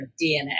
dna